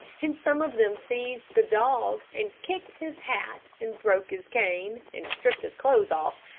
and some of them seized the dog, and kicked his hat, and broke his cane, and stripped his clothes off,